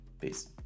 Peace